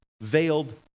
veiled